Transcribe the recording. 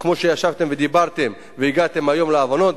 כמו שישבתם ודיברתם והגעתם היום להבנות,